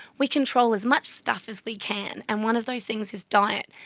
we control as much stuff as we can, and one of those things is diet.